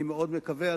אני מאוד מקווה,